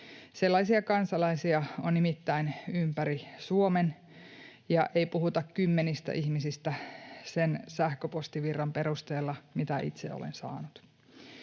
Sellaisia kansalaisia on nimittäin ympäri Suomen, ja ei puhuta kymmenistä ihmisistä sen sähköpostivirran perusteella, mitä itse olen saanut.